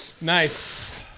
Nice